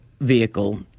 vehicle